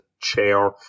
chair